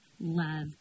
love